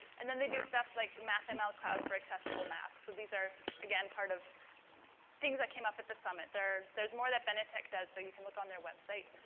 and then they do stuff like mathml cloud for accessible math. so, these are, again, part of things that came up at the summit. there's more that benetech does so you can look on their website.